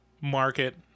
market